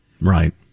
Right